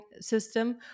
system